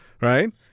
Right